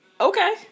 Okay